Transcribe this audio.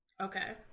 Okay